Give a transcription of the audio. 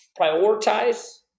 prioritize